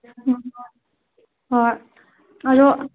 ꯎꯝ ꯑꯗꯣ